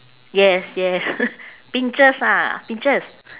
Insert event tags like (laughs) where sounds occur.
yes yes (laughs) pincers ah pincers